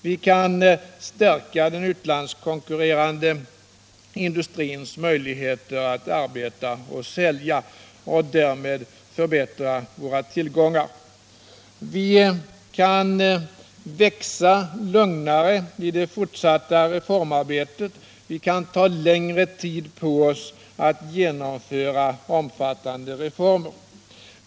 Vi kan stärka den utlandskonkurrerande industrins möjligheter att arbeta och sälja och därmed förbättra våra tillgångar. Vi kan växa lugnare i det fortsatta reformarbetet, vi kan ta längre tid på oss att genomföra omfattande reformer.